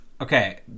okay